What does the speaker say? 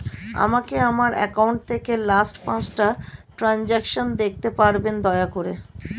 আমাকে আমার অ্যাকাউন্ট থেকে লাস্ট পাঁচটা ট্রানজেকশন দেখাতে পারবেন দয়া করে